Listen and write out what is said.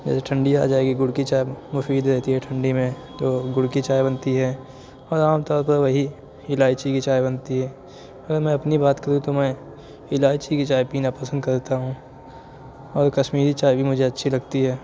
جیسے ٹھنڈی آ جائے گی گُڑ کی چائے مُفید رہتی ہے ٹھنڈی میں تو گُڑ کی چائے بنتی ہے اور عام طور پر وہی الائچی کی چائے بنتی ہے اور میں اپنی بات کروں تو میں الائچی کی چائے پینا پسند کرتا ہوں اور کشمیری چائے بھی مجھے اچھی لگتی ہے